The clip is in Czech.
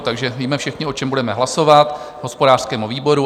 Takže víme všichni, o čem budeme hlasovat, hospodářskému výboru.